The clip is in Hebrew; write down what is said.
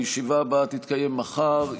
הישיבה הבאה תתקיים מחר,